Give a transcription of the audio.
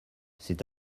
c’est